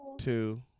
two